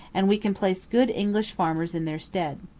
and we can place good english farmers in their stead.